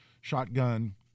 shotgun